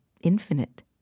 infinite